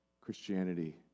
Christianity